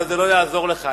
אבל זה לא יעזור לך.